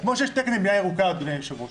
כמו שיש תקן לבנייה ירוקה, אדוני היושב ראש.